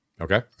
Okay